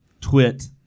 twit